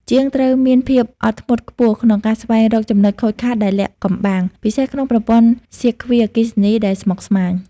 ជាងត្រូវមានភាពអត់ធ្មត់ខ្ពស់ក្នុងការស្វែងរកចំណុចខូចខាតដែលលាក់កំបាំង ពិសេសក្នុងប្រព័ន្ធសៀគ្វីអគ្គិសនីដែលស្មុគស្មាញ។